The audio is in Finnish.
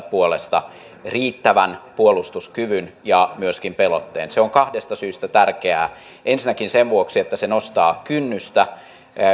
puolesta riittävän puolustuskyvyn ja myöskin pelotteen se on kahdesta syystä tärkeää ensinnäkin sen vuoksi että se nostaa kynnystä